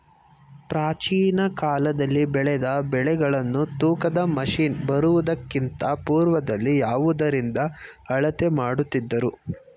ಪ್ರಾಚೀನ ಕಾಲದಲ್ಲಿ ಬೆಳೆದ ಬೆಳೆಗಳನ್ನು ತೂಕದ ಮಷಿನ್ ಬರುವುದಕ್ಕಿಂತ ಪೂರ್ವದಲ್ಲಿ ಯಾವುದರಿಂದ ಅಳತೆ ಮಾಡುತ್ತಿದ್ದರು?